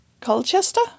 Colchester